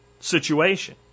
situation